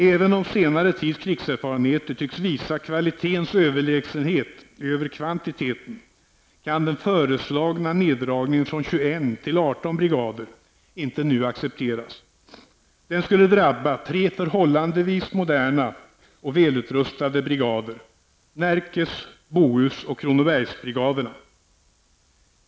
Även om senare tids krigserfarenheter tycks visa kvalitetens överlägsenhet över kvantiteten, kan den föreslagna neddragningen från 21 till 18 brigader inte nu accepteras. Den skulle drabba tre förhållandevis moderna och välutrustade brigader -- Närkes-, Bohus och Kronobergsbrigaderna.